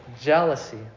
Jealousy